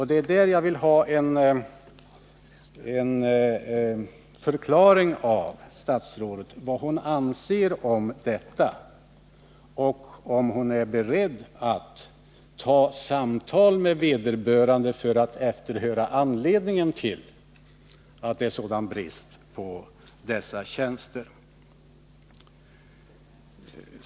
Det är där jag vill ha en förklaring av statsrådet — vad hon anser om detta och om hon är beredd att ta samtal med vederbörande för att efterhöra anledningen till att det är sådan personalbrist på dessa tjänster.